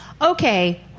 Okay